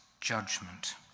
judgment